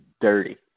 dirty